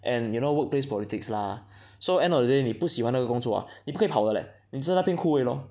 and you know work place politics lah so end of the day 你不喜欢这个工作 ah 你不可以跑的 leh 你只在那边哭而已 lor